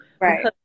Right